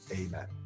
amen